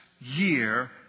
year